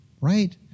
right